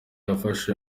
yafashe